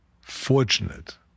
fortunate